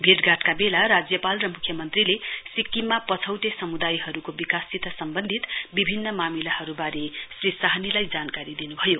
भेटघाटका बेला राज्यपाल र मुख्यमन्त्रीले सिक्किममा पछौटे समुदायहरूको विकाससित सम्वन्धित विभिन्न मामिलाहरूबारे श्री साहनीलाई जानकारी दिनुभयो